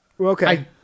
Okay